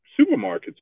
supermarkets